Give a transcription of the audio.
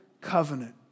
covenant